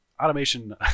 automation